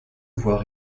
voix